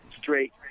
straight